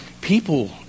people